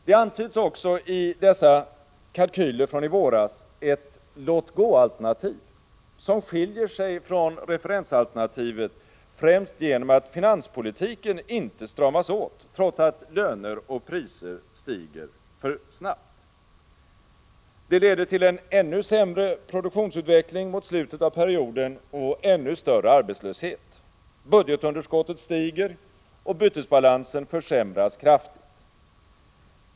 Det antyds också i dessa treårskalkyler från i våras ett ”låt-gå-alternativ”, som skiljer sig från referensalternativet främst genom att finanspolitiken inte stramas åt, trots att löner och priser stiger för snabbt. Det leder till en ännu sämre produktionsutveckling mot slutet av perioden och ännu större arbetslöshet. Budgetunderskottet stiger och bytesbalansen försämras kraf tigt.